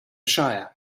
shire